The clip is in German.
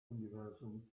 universum